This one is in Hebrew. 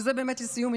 וזה באמת לסיום,